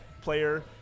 player